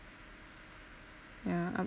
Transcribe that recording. yeah